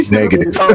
negative